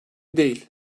değil